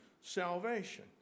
salvation